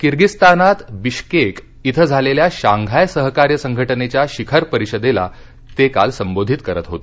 किर्गिस्तानात Bishkek इथं झालेल्या Shanghai सहकार्य संघटनेच्या शिखर परिषदेला ते काल संबोधित करत होते